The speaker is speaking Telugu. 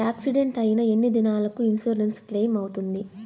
యాక్సిడెంట్ అయిన ఎన్ని దినాలకు ఇన్సూరెన్సు క్లెయిమ్ అవుతుంది?